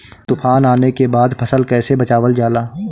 तुफान आने के बाद फसल कैसे बचावल जाला?